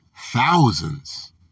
thousands